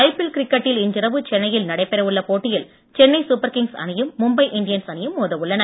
IPL கிரிக்கெட்டில் இன்றிரவு சென்னையில் நடைபெறவுள்ள போட்டியில் சென்னை சூப்பர் கிங்ஸ் அணியும் மும்பை இண்டியன்ஸ் அணியும் மோதவுள்ளன